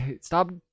stop